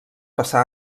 passà